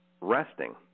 resting